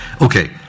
Okay